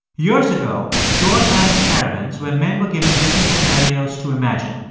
years ago, george ran experiments where men were given different scenarios to imagine.